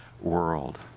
world